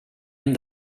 hem